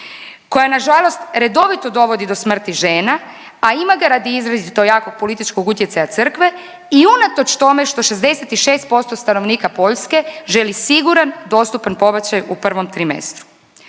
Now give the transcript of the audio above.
koja nažalost redovito dovodi do smrti žena, a ima ga radi izrazito jakog političkog utjecaja Crkve i unatoč tome što 66% stanovnika Poljske želi siguran dostupan pobačaj u prvom trimestru.